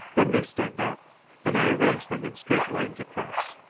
then they stand up and i arrange them in straight lines across.